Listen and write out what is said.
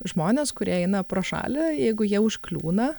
žmonės kurie eina pro šalį jeigu jie užkliūna